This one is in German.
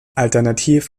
alternativ